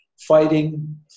fighting